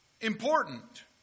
important